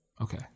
Okay